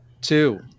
Two